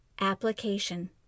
Application